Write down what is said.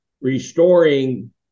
restoring